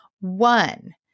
One